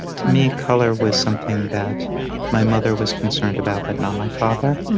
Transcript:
to me, color was something that my mother was concerned about, but not my father.